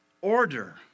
order